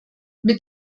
mit